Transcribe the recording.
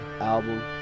Album